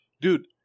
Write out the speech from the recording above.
Dude